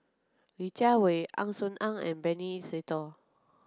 Li Jiawei Ang Swee Aun and Benny Se Teo